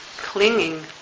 clinging